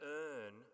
earn